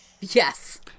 Yes